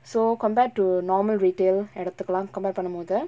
so compared to normal retail எடுத்துக்கலா:eduthukalaa compare பண்ணும் போது:pannum pothu